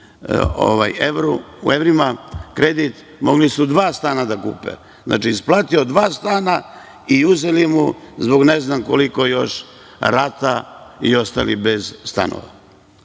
u evrima kredit, mogli su dva stana da kupe. Znači, isplatio dva stana i uzeli mu zbog ne znam, koliko još rata i ostali bez stanova.